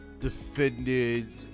defended